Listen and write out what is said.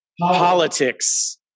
Politics